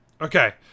Okay